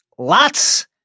Lots